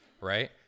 right